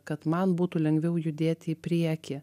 kad man būtų lengviau judėti į priekį